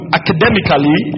academically